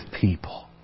people